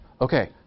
Okay